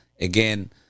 again